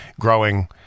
growing